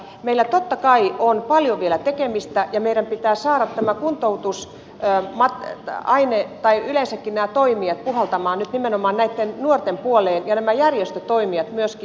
meillä totta kai on paljon vielä tekemistä ja meidän pitää saada tämä kuntoutus ja ilmat ja yleensäkin nämä toimijat puhaltamaan nyt nimenomaan näitten nuorten puoleen ja nämä järjestötoimijat myöskin